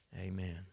amen